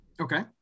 Okay